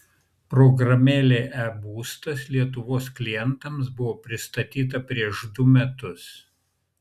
programėlė e būstas lietuvos klientams buvo pristatyta prieš du metus